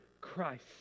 Christ